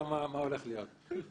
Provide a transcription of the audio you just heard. אני קיבלתי עליך דיווחים מצוינים.